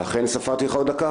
לכן ספרתי לך עוד דקה.